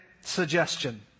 suggestion